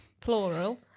plural